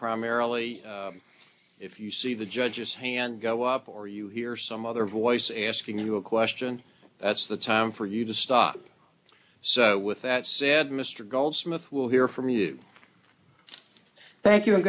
primarily if you see the judge's hand go up or you hear some other voice asking you a question that's the time for you to stop so with that said mr goldsmith we'll hear from you thank you